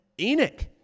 Enoch